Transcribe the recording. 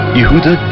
Yehuda